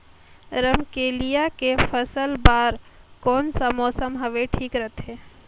रमकेलिया के फसल बार कोन सा मौसम हवे ठीक रथे?